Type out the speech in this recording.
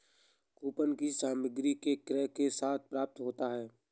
coupon किसी सामग्री के क्रय के साथ प्राप्त होता है